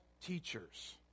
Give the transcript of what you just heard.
teachers